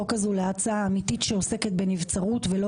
מנסה להפוך את הצעת החוק הזו להצעה אמיתית שעוסקת בנבצרות ולא